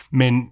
men